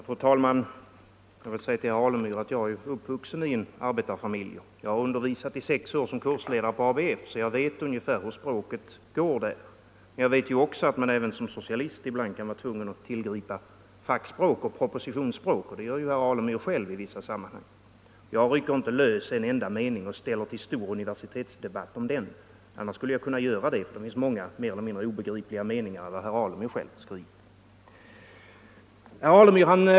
Fru talman! Jag är, herr Alemyr, uppvuxen i en arbetarfamilj, och jag har undervisat i sex år som kursledare på ABF, så jag vet ungefär hur språket går. Men jag vet också att man även som socialist ibland kan vara tvungen att tillgripa fackspråk och propositionsspråk, och det gör ju herr Alemyr själv i vissa sammanhang. Men jag rycker inte loss en enda mening och ställer till en stor universitetsdebatt om den, annars skulle jag kunna göra det — det finns många mer eller mindre obegripliga meningar i det herr Alemyr själv skriver.